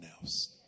else